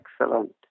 excellent